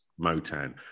Motan